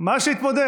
מה יש להתמודד?